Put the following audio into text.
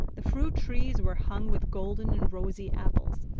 the fruit trees were hung with golden and rosy apples,